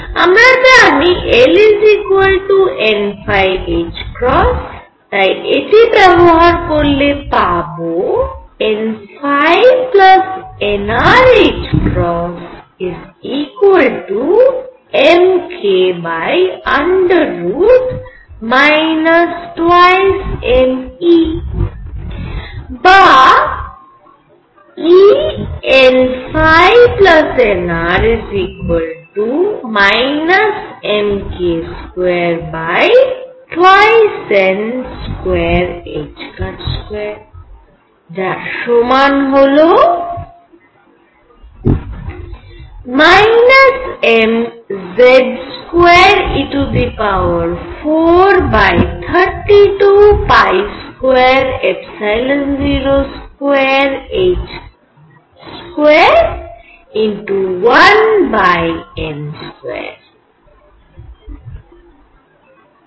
আমরা জানি L n তাই এটি ব্যবহার করলে পাবো nnrℏmk 2mE বা E nnr m k2 2n22যার সমান হল mZ2e43220221n2